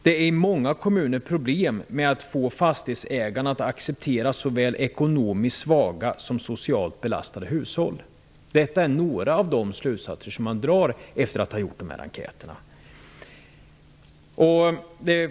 Det är i många kommuner problem med att få fastighetsägarna att acceptera såväl ekonomiskt svaga som socialt belastade hushåll. Detta är några av de slutsatser som man drar efter att ha gjort de här enkäterna.